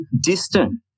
distant